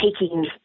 taking